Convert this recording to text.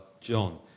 John